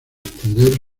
extender